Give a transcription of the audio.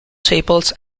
chapels